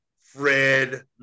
Fred